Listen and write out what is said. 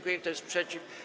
Kto jest przeciw?